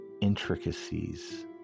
intricacies